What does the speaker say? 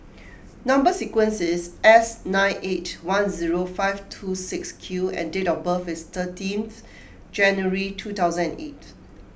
Number Sequence is S nine eight one zero five two six Q and date of birth is thirteenth January two thousand and eight